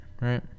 right